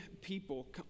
people